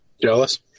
Jealous